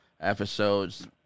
episodes